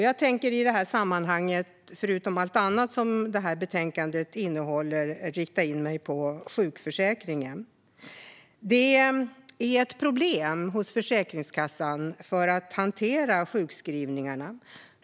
Jag tänker bland allt annat som betänkandet innehåller i detta sammanhang rikta in mig på sjukförsäkringen. Hanteringen av sjukförsäkringarna är ett problem hos Försäkringskassan.